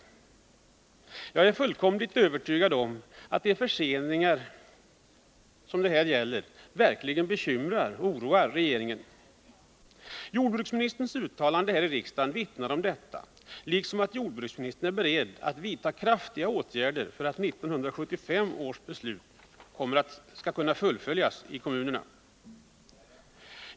Jag är fullkomligt övertygad om att de förseningar det här är fråga om verkligen bekymrar och oroar regeringen. Jordbruksministerns uttalande här i riksdagen vittnar om detta. Jordbruksministern är beredd att vidta kraftiga åtgärder för att 1975 års beslut skall fullföljas i kommunerna.